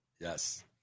Yes